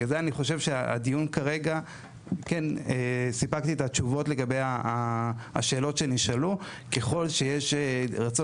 ולכן אני חושב שלדיון כרגע סיפקתי את התשובות ככל שיש רצון